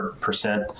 percent